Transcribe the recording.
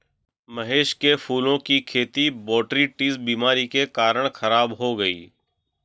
महेश के फूलों की खेती बोटरीटिस बीमारी के कारण खराब हो गई